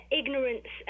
ignorance